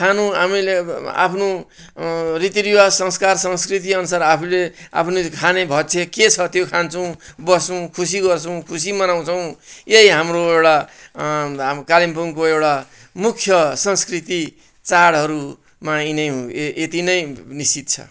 खानु हामीले आफ्नो रीतिरिवाज संस्कार संस्कृतिअनुसार आफूले आफ्नो खाने भक्षक के छ त्यो खान्छौँ बस्छौँ खुसी गर्छौँ खुसी मनाउँछौँ यही हाम्रो एउटा कालिम्पोङको एउटा मुख्य संस्कृति चाडहरू मनाइने यतिनै निश्चित छ